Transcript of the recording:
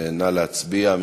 נא להצביע.